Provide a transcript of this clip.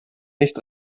nicht